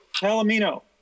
Palomino